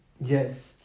yes